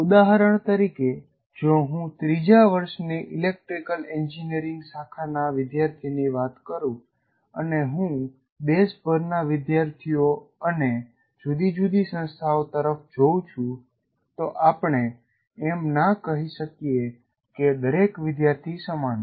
ઉદાહરણ તરીકે જો હું ત્રીજા વર્ષની ઇલેક્ટ્રિકલ એન્જિનિયરિંગ શાખાના વિદ્યાર્થીની વાત કરું અને હું દેશભરના વિદ્યાર્થીઓ અને જુદી જુદી સંસ્થાઓ તરફ જોઉં છું તો આપણે એમ ના કહી શકીયે કે દરેક વિદ્યાર્થી સમાન છે